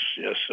yes